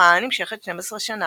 הרעה הנמשכת 12 שנה,